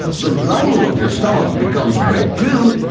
the lining of your stomach becomes red too!